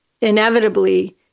inevitably